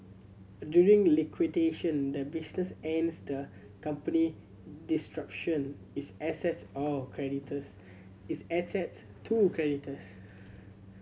during liquidation the business ends the company its assets all creditors its assets to creditors